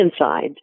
inside